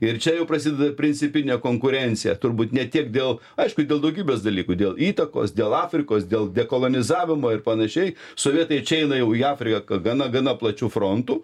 ir čia jau prasideda principinė konkurencija turbūt ne tiek dėl aišku dėl daugybės dalykų dėl įtakos dėl afrikos dėl kolonizavimo ir panašiai sovietai čia eina jau į afriką gana gana plačiu frontu